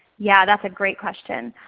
yeah, that's a great question.